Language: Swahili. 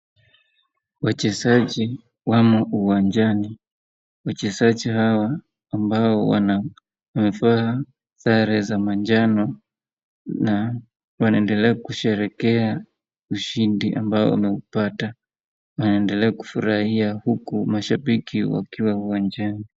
Wachezaji wamo uwanjani, wachezaji hawa ambao wamevaa sare za majano na wanaendelea kusherehekea ushindi ambao wameupata, wanaendelea kufurahia huku mashabaki wakiwa uwanjani.